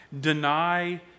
Deny